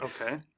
Okay